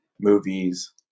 movies